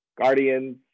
Guardians